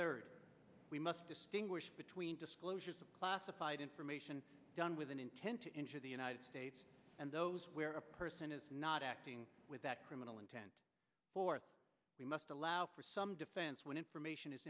third we must distinguish between disclosures of classified information done with an intent to injure the united states and those where a person is not acting with that criminal intent for it we must allow for some defense when information is